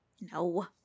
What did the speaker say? No